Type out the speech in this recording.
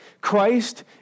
Christ